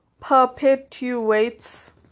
perpetuates